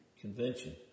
convention